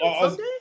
someday